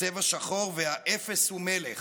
הצבע שחור והאפס הוא מלך,